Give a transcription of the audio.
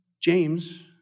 James